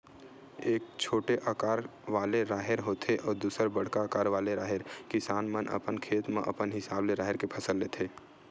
एक छोटे अकार वाले राहेर होथे अउ दूसर बड़का अकार वाले राहेर, किसान मन अपन खेत म अपन हिसाब ले राहेर के फसल लेथे